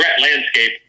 landscape